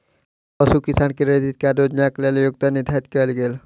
पशु किसान credit card योजनाक लेल योग्यता निर्धारित कयल गेल